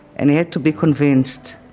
and he had to be convinced